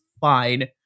fine